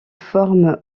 forme